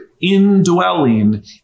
indwelling